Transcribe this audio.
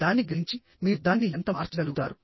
దానిని గ్రహించి మీరు దానిని ఎంత మార్చగలుగుతారు